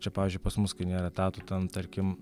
čia pavyzdžiui pas mus kai nėra etatų ten tarkim